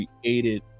created